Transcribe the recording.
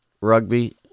rugby